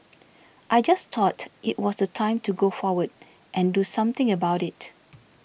I just thought it was the time to go forward and do something about it